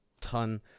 ton